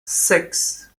six